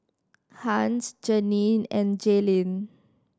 Hans Janine and Jalyn